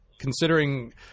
considering